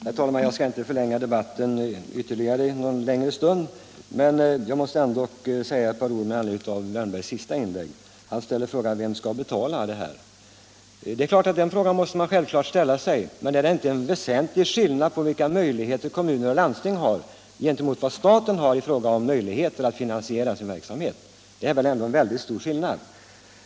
Herr talman! Jag skall inte förlänga debatten mycket ytterligare. Men jag måste säga ett par ord med anledning av herr Wärnbergs senaste inlägg. Han frågade vem som skall betala en befrielse för kommunerna att betala arbetsgivaravgift. Den frågan måste man självfallet ställa sig. Men är det inte en väsentlig skillnad mellan de möjligheter kommuner och landsting har och de möjligheter staten har att finansiera sin verksamhet? Det är väl ändå en väldigt stor skillnad.